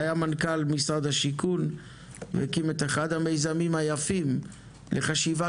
שהיה מנכ"ל משרד השיכון והקים את אחד המיזמים היפים לחשיבה